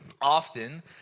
Often